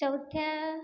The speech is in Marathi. चौथ्या